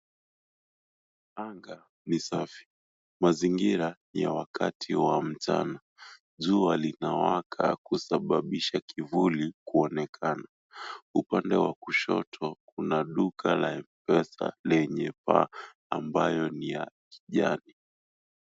Anga ni safi mazingira ya wakati wa mchana. Jua linawaka kusababisha kivuli kuonekana upande wa kushoto kuna duka la M-Pesa lenye paa ambayo ni ya kijani.